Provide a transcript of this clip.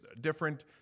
different